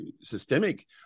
systemic